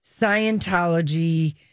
Scientology